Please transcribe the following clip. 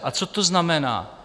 A co to znamená?